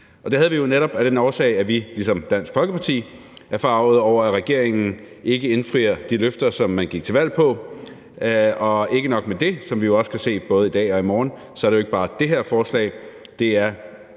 og det havde vi jo netop af den årsag, at vi ligesom Dansk Folkeparti er forargede over, at regeringen ikke indfrier de løfter, som man gik til valg på. Og ikke nok med det, for som vi jo også kan se både i dag og i morgen, er det jo ikke bare det her forslag, det er